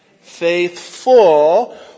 Faithful